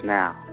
now